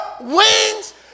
wings